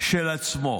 של עצמו?